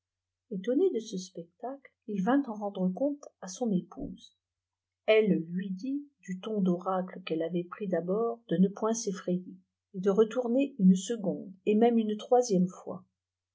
etonné de ce spectacle il vint en rendre compte à son épouse elle lui dit du ton d'oracle qu'elle avait pris d'abord de ne point s'effrayer et de retourner une seconde ef même une troisième fois